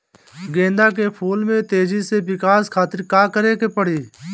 गेंदा के फूल में तेजी से विकास खातिर का करे के पड़ी?